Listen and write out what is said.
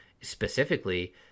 specifically